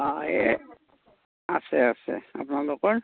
অঁ এই আছে আছে আপোনালোকৰ